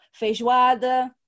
feijoada